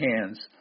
hands